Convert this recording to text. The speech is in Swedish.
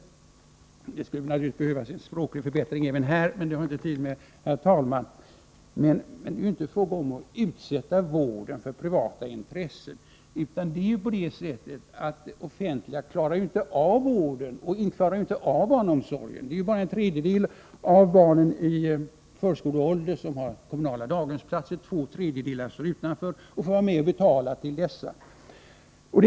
— Det skulle naturligtvis behövas en språklig förbättring även här, herr talman, men det har vi inte tid med. — Det är ju inte fråga om att ”utsätta” vården för privata intressen, utan vad det handlar om är att det offentliga inte klarar av vården och barnomsorgen. Bara en tredjedel av barnen i förskoleåldern har kommunala daghemsplatser. Två tredjedelar står utanför, men deras föräldrar får vara med och betala för dessa platser.